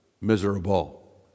miserable